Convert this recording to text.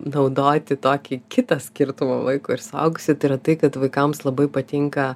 naudoti tokį kitą skirtumą vaiko ir suaugusio tai yra tai kad vaikams labai patinka